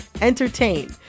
entertain